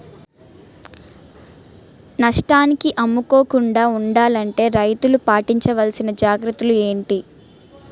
నష్టానికి అమ్ముకోకుండా ఉండాలి అంటే రైతులు పాటించవలిసిన జాగ్రత్తలు ఏంటి